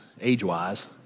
age-wise